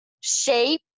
shape